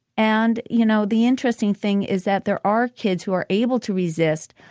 and, you know, the interesting thing is that there are kids who are able to resist.